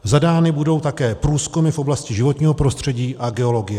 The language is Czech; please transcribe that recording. Zadány budou také průzkumy v oblasti životního prostředí a geologie.